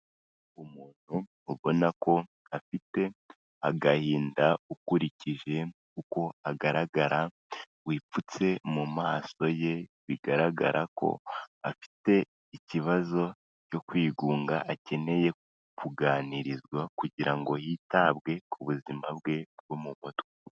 Umuntu ubona ko afite agahinda ukurikije uko agaragara wipfutse mu maso ye bigaragara ko afite ikibazo cyo kwigunga akeneye kuganirizwa kugira ngo yitabwe ku buzima bwe bwo mu mutwe.